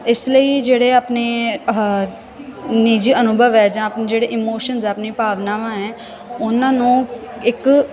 ਇਸ ਲਈ ਜਿਹੜੇ ਆਪਣੇ ਆਹਾ ਨਿੱਜੀ ਅਨੁਭਵ ਹੈ ਜਾਂ ਜਿਹੜੇ ਇਮੋਸ਼ਨਜ ਹੈ ਆਪਣੀ ਭਾਵਨਾਵਾਂ ਹੈ ਉਹਨਾਂ ਨੂੰ ਇੱਕ